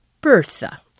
Bertha